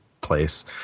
place